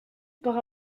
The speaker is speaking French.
par